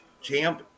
Champ